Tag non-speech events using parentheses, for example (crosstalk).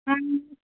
(unintelligible)